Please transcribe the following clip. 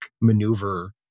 maneuver